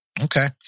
Okay